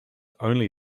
only